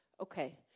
okay